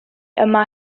yma